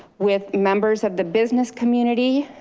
with members of the business community,